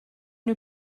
nhw